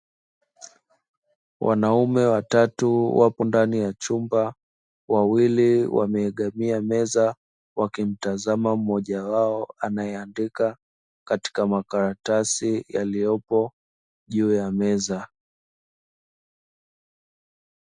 Wanaume watatu wapo ndani ya chumba wawili wameegamia meza wakimtazama mmoja wao, anayeandika katika makaratasi yaliyopo juu ya meza.